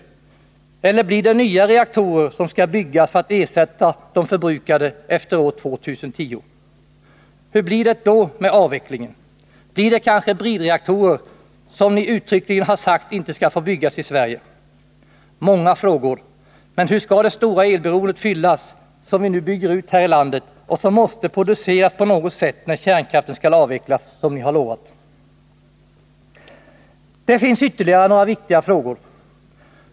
Skall nya reaktorer byggas för att ersätta de förbrukade efter år 2010? Hur blir det då med avvecklingen? Blir det kanske bridreaktorer, som ni uttryckligen har sagt inte skall få byggas i Sverige? Det är många frågor att besvara, men man måste ta ställning till hur det stora elbehov som vi nu skapar här i landet skall kunna tillgodoses — elkraften måste ju produceras på något sätt, när kärnkraften skall avvecklas som ni har lovat. Det finns ytterligare några viktiga frågor.